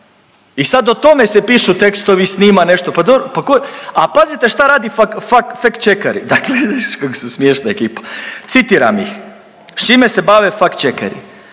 i sad o tome se pišu tekstovi i snima nešto. A pazite šta radi fakt chekeri dakle kako su smiješna ekipa. Citiram ih s čime se bave fakt chekeri: